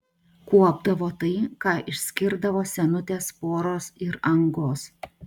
kuopdavo tai ką išskirdavo senutės poros ir angos